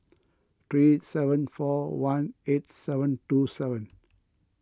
three seven four one eight seven two seven